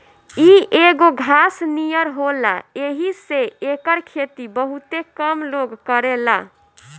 इ एगो घास नियर होला येही से एकर खेती बहुते कम लोग करेला